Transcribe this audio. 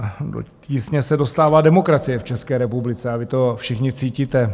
Do tísně se dostává demokracie v České republice a vy to všichni cítíte.